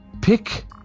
Pick